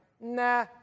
Nah